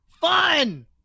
fun